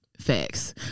Facts